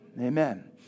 Amen